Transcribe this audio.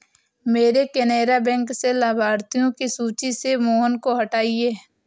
मेरे केनरा बैंक से लाभार्थियों की सूची से मोहन को हटाइए